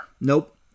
Nope